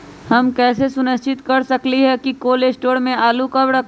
हम कैसे सुनिश्चित कर सकली ह कि कोल शटोर से आलू कब रखब?